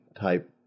type